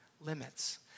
limits